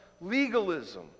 legalism